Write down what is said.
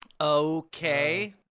okay